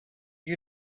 you